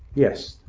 yes,